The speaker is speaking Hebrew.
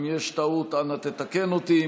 אם יש טעות, אנא תקן אותי.